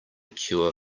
cure